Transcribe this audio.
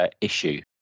issue